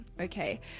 Okay